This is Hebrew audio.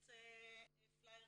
להפיץ פליירים,